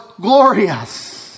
glorious